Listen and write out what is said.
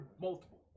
multiple